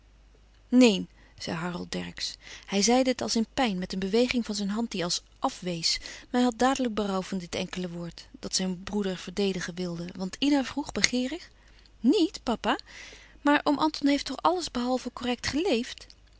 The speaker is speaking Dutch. neèn zei harold dercksz hij zeide het als in pijn met een beweging van zijn hand die als afwees maar hij had dadelijk berouw van dit enkele woord dat zijn broeder verdedigen wilde want ina vroeg begeerig nièt papa maar oom anton heeft toch alles behalve correct geleefd